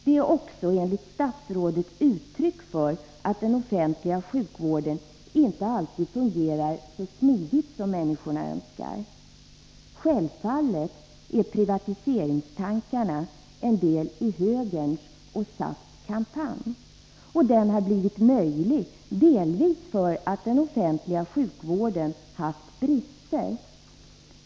Den är också enligt statsrådet uttryck för att den offentliga sjukvården inte alltid fungerar så smidigt som människorna önskar. Självfallet är privatiseringstankarna en del i högerns och SAF:s kampanj. Och den har blivit möjlig delvis för att den offentliga sjukvården haft brister.